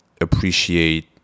appreciate